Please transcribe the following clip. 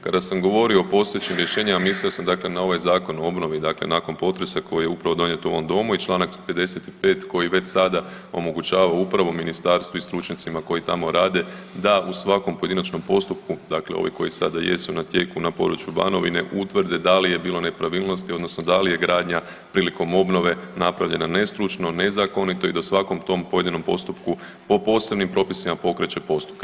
Kada sam govorio o postojećim rješenjima mislio sam dakle na ovaj zakon o obnovi dakle nakon potresa koji je upravo donijet u ovom domu i Članak 55. koji već sada omogućava upravo ministarstvu i stručnjacima koji tamo rade da u svakom pojedinačnom postupku, dakle ovi koji sada jesu na tijeku na području Banovine utvrde da li je bilo nepravilnosti odnosno da li je gradnja prilikom obnove napravljena nestručno, nezakonito i da svakom tom pojedinom postupku po posebnim propisima pokreće postupke.